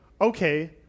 okay